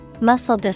Muscle